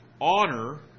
honor